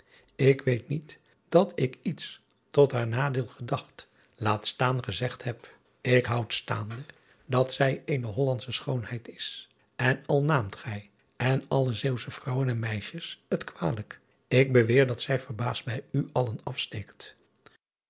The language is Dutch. k weet niet dat ik iets tot haar nadeel gedacht laat staan gezegd heb k houd staande dat zij eene ollandsche schoonheid is en al naamt gij en alle eeuwsche vrouwen en meisjes het kwalijk ik beweer dat zij verbaasd bij u allen afsteekt